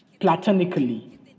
platonically